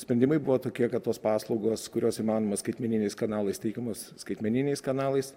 sprendimai buvo tokie kad tos paslaugos kurios įmanoma skaitmeniniais kanalais teikiamos skaitmeniniais kanalais